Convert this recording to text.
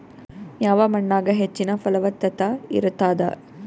ಯಾವ ಮಣ್ಣಾಗ ಹೆಚ್ಚಿನ ಫಲವತ್ತತ ಇರತ್ತಾದ?